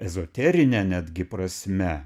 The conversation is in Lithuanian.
ezoterine netgi prasme